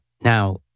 Now